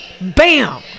Bam